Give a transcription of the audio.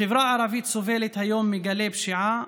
החברה הערבית סובלת היום מגלי פשיעה